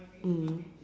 mm